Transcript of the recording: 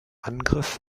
angriff